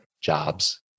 jobs